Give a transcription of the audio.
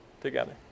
together